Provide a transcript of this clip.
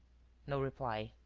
no reply.